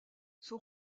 son